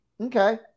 Okay